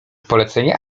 polecenia